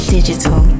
Digital